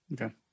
Okay